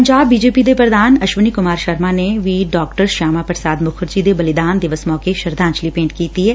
Punjab BJP ਦੇ ਪ੍ਰਧਾਨ ਅਸ਼ਵਨੀ ਕੁਮਾਰ ਸ਼ਰਮਾ ਨੇ ਵੀ ਡਾ ਸ਼ਿਆਮਾ ਪ੍ਰਸ਼ਾਦ ਮੁੱਖਰਜੀ ਦੇ ਬਲੀਦਾਨ ਦਿਵਸ ਮੌਕੇ ਸ਼ਰਧਾਜਲੀ ਭੇਂਟ ਕੀਤੀ ਐ